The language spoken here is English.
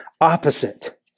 opposite